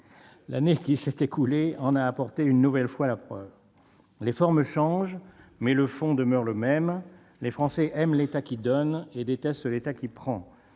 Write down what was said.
L'année qui s'est écoulée en a apporté une nouvelle fois la preuve. Les formes changent, mais le fond demeure le même : les Français aiment l'État qui donne et détestent l'État qui prend,